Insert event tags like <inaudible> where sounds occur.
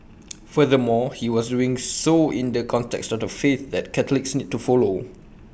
<noise> furthermore he was doing so in the context of the faith that Catholics need to follow